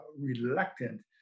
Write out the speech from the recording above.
reluctant